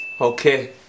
Okay